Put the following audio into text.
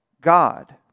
God